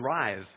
drive